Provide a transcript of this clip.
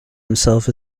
himself